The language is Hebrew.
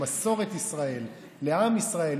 למסורת ישראל לעם ישראל.